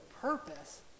purpose